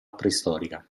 preistorica